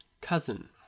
cousin